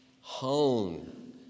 hone